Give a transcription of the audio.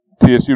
TSU